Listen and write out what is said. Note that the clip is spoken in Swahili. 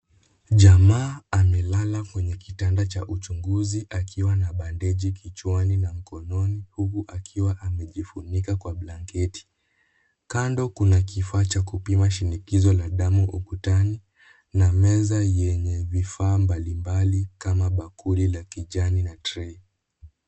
Jamaa amelala kwenye kitanda cha uchunguzi akiwa na bandeji kichwa na mkononi, huku akiwa amejifunika kwa blanketi, kando kuna kifaa cha kupima shinikizo la damu ukutani na meza yenye vifaa mbalimbali kama bakuli la kijani na trei .